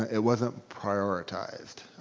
it wasn't prioritized.